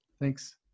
Thanks